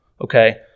okay